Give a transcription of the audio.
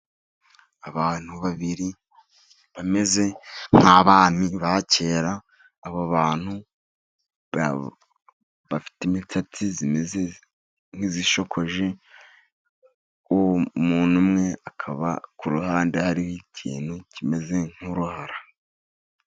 Abantu babiri bameze nk'abami ba kera, abo bantu bafite imisatsi imeze nk'isokoje. Umuntu umwe akaba ku ruhande hariho ikintu kimeze nk'uruhara.